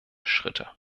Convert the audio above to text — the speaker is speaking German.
schritte